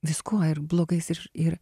viskuo ir blogais ir ir